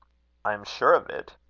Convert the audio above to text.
i am sure of it.